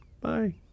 Bye